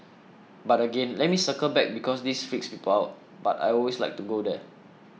but again let me circle back because this freaks people out but I always like to go there